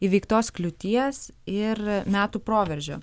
įveiktos kliūties ir metų proveržio